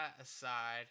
aside